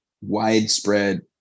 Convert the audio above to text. widespread